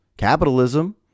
Capitalism